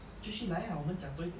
继续来 ah 我们讲多一点